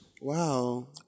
Wow